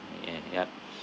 ya yup